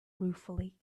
ruefully